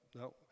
no